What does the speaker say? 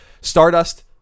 Stardust